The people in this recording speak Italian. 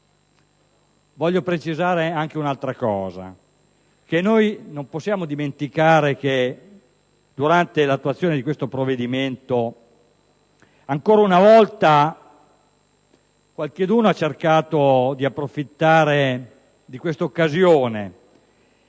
voglio precisare un'ultima cosa. Non possiamo dimenticare che durante l'approvazione di questo provvedimento, ancora una volta, qualcuno ha tentato di approfittare di questa occasione